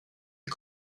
des